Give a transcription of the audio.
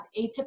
atypical